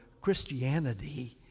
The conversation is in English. Christianity